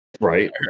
Right